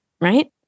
right